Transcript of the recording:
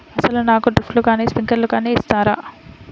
అసలు నాకు డ్రిప్లు కానీ స్ప్రింక్లర్ కానీ ఇస్తారా?